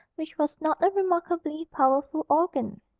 which was not a remarkably powerful organ.